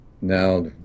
Now